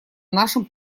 нашем